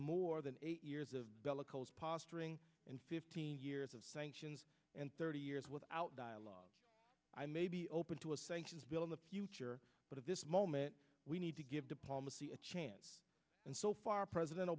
more than eight years of bellicose posturing and years of sanctions and thirty years without dialogue i may be open to a sanctions bill in the future but at this moment we need to give diplomacy a chance and so far president